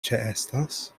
ĉeestas